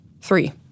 three